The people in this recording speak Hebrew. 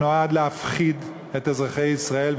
שנועד להפחיד את אזרחי ישראל.